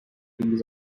trees